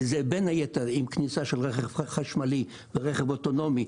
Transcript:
וזה בין היתר עם כניסה של רכב חשמלי ורכב אוטונומי.